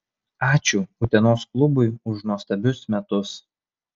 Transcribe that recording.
ačiū utenos klubui už nuostabius metus